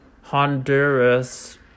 Honduras